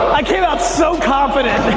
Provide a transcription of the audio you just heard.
i came out so confident.